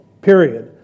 Period